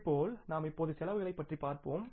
இதேபோல் நாம் இப்போது செலவுகளைப் பற்றி பார்ப்போம்